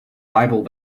bible